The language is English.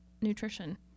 nutrition